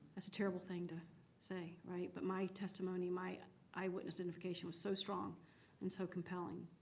a terrible thing to say, right. but my testimony, my eyewitness identification, was so strong and so compelling.